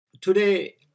today